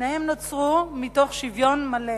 שניהם נוצרו מתוך שוויון מלא.